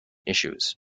issues